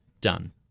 done